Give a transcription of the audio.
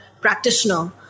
practitioner